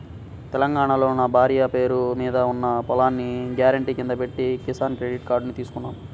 తెలంగాణాలో నా భార్య పేరు మీద ఉన్న పొలాన్ని గ్యారెంటీ కింద పెట్టి కిసాన్ క్రెడిట్ కార్డుని తీసుకున్నాను